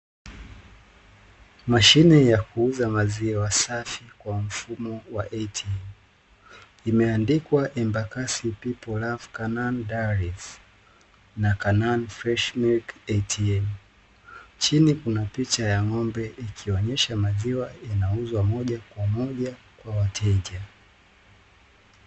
Mashine ya kuuza maziwa safi kwa mfumo wa ATM, imeandikwa 'EMBAKASI PEOPLE LOVE CANAAN DAIRIES na CANAAN FRESH MILK ATM', chini kuna pivha ya Ng'ombe ikionyesha maziwa yanauzwa moja kwa moja kwa wateja.